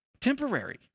temporary